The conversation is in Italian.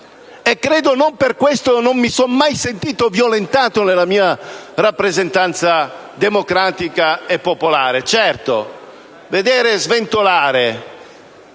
E non per questo mi sono mai sentito violentato nella mia rappresentatività democratica e popolare. Certo, vedere sventolare